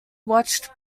watched